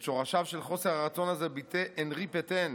את שורשיו של חוסר הרצון הזה ביטא אנרי פטן,